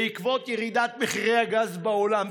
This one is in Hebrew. בעקבות ירידת מחירי הגז בעולם,